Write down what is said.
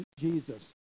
Jesus